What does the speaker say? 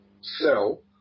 sell